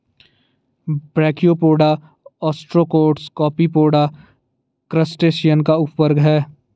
brachiopoda, ostracods, copepoda, crustacean का उपवर्ग है